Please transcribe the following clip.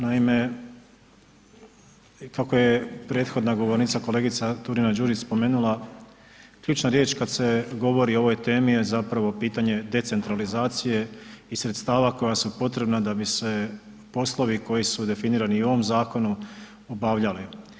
Naime, kako je prethodna govornica kolegica Turina Đurić spomenula, ključna riječ kad se govori o ovoj temi je zapravo pitanje decentralizacije i sredstava koja su potrebna da bi se poslovi koji su definirani i u ovom zakonu, obavljali.